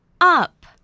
up